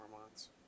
months